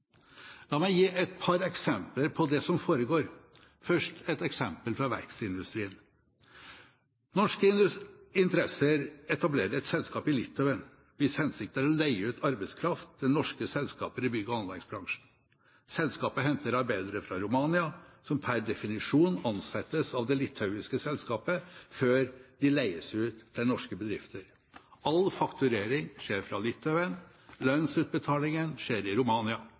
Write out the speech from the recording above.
La meg gi et par eksempler på det som foregår. Først et eksempel fra verkstedindustrien. Norske interesser etablerer et selskap i Litauen, hvis hensikt er å leie ut arbeidskraft til norske selskaper i bygg- og anleggsbransjen. Selskapet henter arbeidere fra Romania som per definisjon ansettes av det litauiske selskapet før de leies ut til norske bedrifter. All fakturering skjer fra Litauen, lønnsutbetalingen skjer i Romania.